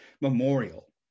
memorial